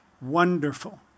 wonderful